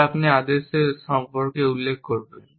যা আপনি আদেশের সম্পর্কে উল্লেখ করবেন